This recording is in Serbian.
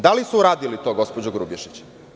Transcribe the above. Da li su uradili to, gospođo Grubješić?